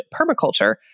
Permaculture